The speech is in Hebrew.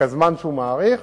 כזמן שהוא מעריך,